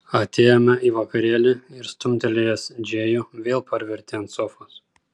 atėjome į vakarėlį ir stumtelėjęs džėjų vėl parvertė ant sofos